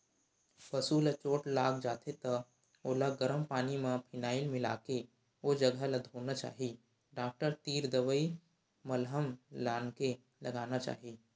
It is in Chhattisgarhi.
पसु ल चोट लाग जाथे त ओला गरम पानी म फिनाईल मिलाके ओ जघा ल धोना चाही डॉक्टर तीर दवई मलहम लानके लगाना चाही